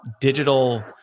digital